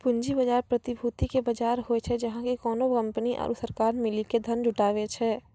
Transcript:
पूंजी बजार, प्रतिभूति के बजार होय छै, जहाँ की कोनो कंपनी आरु सरकार मिली के धन जुटाबै छै